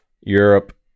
europe